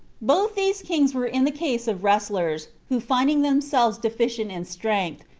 both those kings were in the case of wrestlers, who finding themselves deficient in strength,